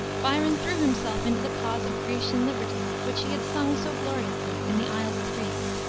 byron threw himself into the cause of grecian liberty, which he had sung so gloriously in the isles of greece.